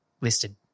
listed